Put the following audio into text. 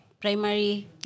primary